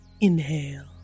inhale